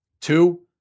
Two